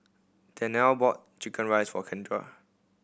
Danae bought chicken rice for Kendra